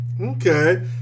Okay